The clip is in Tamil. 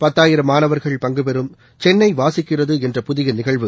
பத்தாயிரம் மாணவர்கள் பங்குபெறும் சென்னை வாசிக்கிறது என்ற புதிய நிகழ்வு